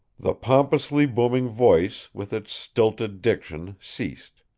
the pompously booming voice, with its stilted diction, ceased.